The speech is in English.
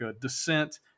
Descent